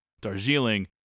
Darjeeling